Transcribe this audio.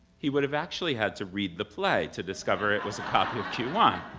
he would have actually had to read the play to discover it was a copy of q one.